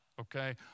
okay